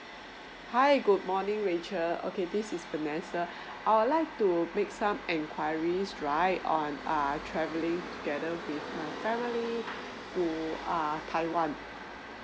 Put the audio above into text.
hi good morning rachel okay this is vanessa I would like to make some enquiries right on err travelling together with my family to err taiwan